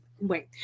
Wait